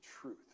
truth